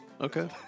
Okay